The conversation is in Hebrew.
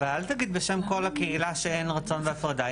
אבל אל תגיד בשם כל הקהילה שאין רצון בהפרדה,